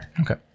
Okay